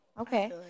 Okay